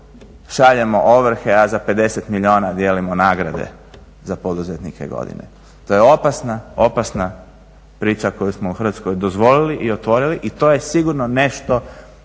šaljemo ovrhe, a za 50 milijuna dijelimo nagrade za poduzetnike godine. To je opasna, opasna priča koju smo u Hrvatskoj dozvolili i otvorili i to je sigurno nešto